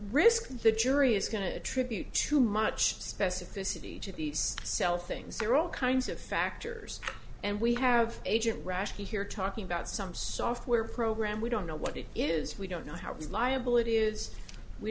risk the jury is going to attribute too much specificity of these sell things they're all kinds of factors and we have agent rashly here talking about some software program we don't know what it is we don't know how it's liability is we